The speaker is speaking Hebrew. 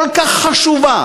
כל כך חשובה,